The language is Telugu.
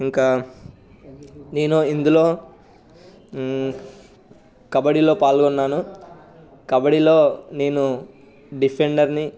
ఇంకా నేను ఇందులో కబడ్డీలో పాల్గొన్నాను కబడిలో నేను డిఫెండెర్ని